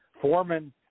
Foreman